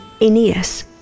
Aeneas